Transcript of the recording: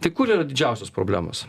tai kur yra didžiausios problemos